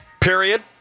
Period